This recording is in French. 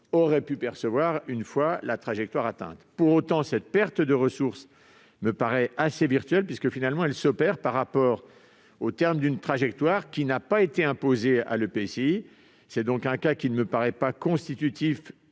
aurait pu percevoir une fois la trajectoire atteinte. Pour autant, cette perte de ressources me paraît assez virtuelle, puisque, finalement, elle survient au terme d'une trajectoire qui n'a pas été imposée à l'EPCI. Ce cas ne me paraît donc ni constituer